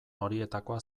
horietakoa